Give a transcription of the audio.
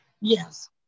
Yes